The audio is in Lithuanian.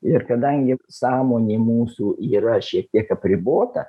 ir kadangi sąmonė mūsų yra šiek tiek apribota